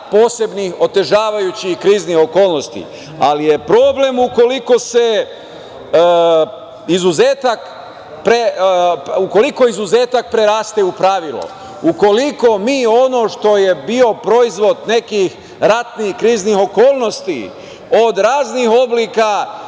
posebnih, otežavajućih kriznih okolnosti, ali je problem ukoliko izuzetak preraste u pravilo. Ukoliko mi ono što je bio proizvod nekih ratnih, kriznih okolnosti od raznih oblika,